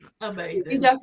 amazing